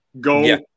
Go